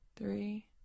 Three